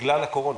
בגלל הקורונה.